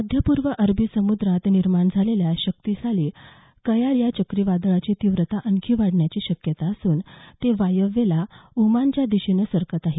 मध्यपूर्व अरबी समुद्रात निर्माण झालेल्या शक्तिशाली कयार या चक्रीवादळाची तीव्रता आणखी वाढण्याची शक्यता असून ते वायव्येला ओमानच्या दिशेनं सरकत आहे